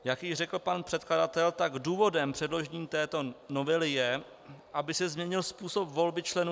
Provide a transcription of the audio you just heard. Jak již řekl pan předkladatel, důvodem předložení této novely je, aby se změnil způsob volby členů